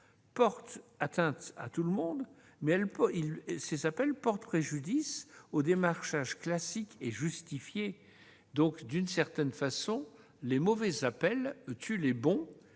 portent atteinte à tout le monde, mais portent aussi préjudice au démarchage classique et justifié. D'une certaine façon, les mauvais appels tuent les bons,